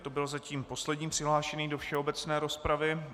To byl zatím poslední přihlášený do všeobecné rozpravy.